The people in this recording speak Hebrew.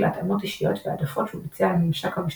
התאמות אישיות והעדפות שהוא ביצע לממשק המשתמש,